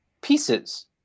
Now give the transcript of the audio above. pieces